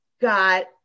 got